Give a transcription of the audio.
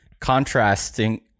contrasting